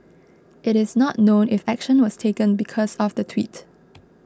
it is not known if action was taken because of the tweet